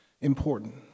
important